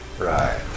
Right